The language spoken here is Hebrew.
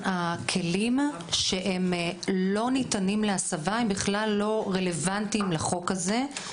הכלים שהם לא ניתנים להסבה הם בכלל לא רלוונטיים לחוק הזה,